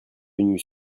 venus